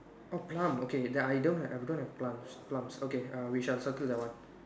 oh plum okay then I don't have I don't have plants plums okay err we shall circle that one